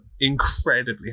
incredibly